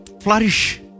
flourish